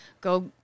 go